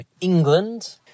England